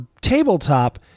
tabletop